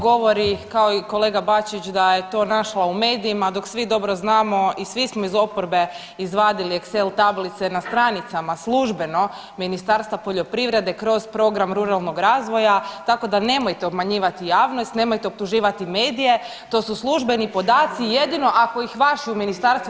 Govori kao i kolega Bačić da je to našla u medijima dok svi dobro znamo i svi smo iz oporbe izvadili Excel tablice na stranicama službeno Ministarstva poljoprivrede kroz program ruralnog razvoja, tako da nemojte obmanjivati javnost, nemojte optuživati medije, to su službeni podaci, jedino ako ih u vašem ministarstvu